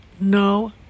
no